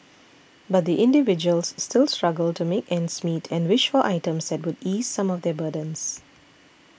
but the individuals still struggle to make ends meet and wish for items that would ease some of their burdens